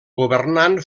governant